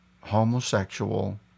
homosexual